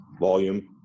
volume